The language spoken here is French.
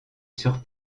sur